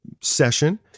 session